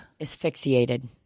Asphyxiated